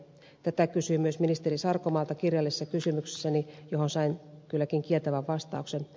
tätä kysyin myös ministeri sarkomaalta kirjallisessa kysymyksessäni johon sain kylläkin kieltävän vastauksen